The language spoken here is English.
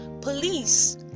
police